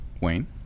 Wayne